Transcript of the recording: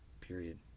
Period